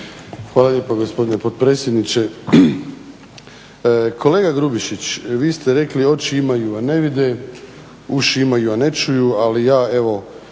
Hvala lijepo gospodine potpredsjedniče. Kolega Grubišić vi ste rekli oči imaju, a ne vide, uši imaju, a ne čuju ali ja evo